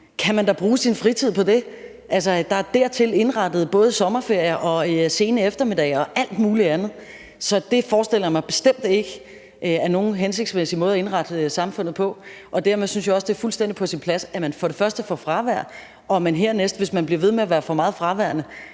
man da bruge sin fritid på. Der er dertil indrettet sommerferie og sene eftermiddage og alle mulige andre tidspunkter, så jeg forestiller mig bestemt ikke, at det er nogen hensigtsmæssig måde at indrette samfundet på. Dermed synes jeg også, det er fuldstændigt på sin plads, at man for det første får fravær og for det andet, hvis man bliver ved med at have for meget fravær,